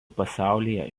pasaulyje